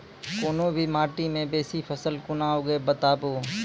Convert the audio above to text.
कूनू भी माटि मे बेसी फसल कूना उगैबै, बताबू?